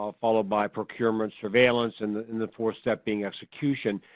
ah followed by procurement, surveillance and the and the fourth step being execution.